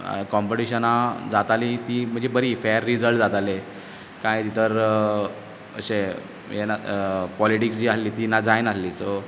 कोम्पिटिशना जातालीं ती म्हणजे बरी फॅर रिजल्ट जाताले कांय भितर अशें हें पोलिटीक्स जी आसली ती ना जाय नासली